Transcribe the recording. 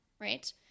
right